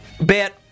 bet